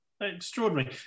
Extraordinary